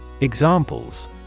Examples